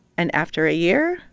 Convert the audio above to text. and after a year.